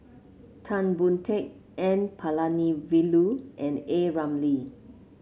Tan Boon Teik N Palanivelu and A Ramli